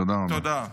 תודה.